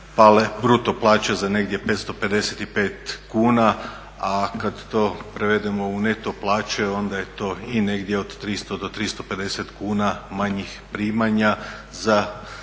bruto plaće za negdje 555 kuna, a kad to prevedemo u neto plaće onda je to i negdje od 300 do 350 kuna manjih primanja za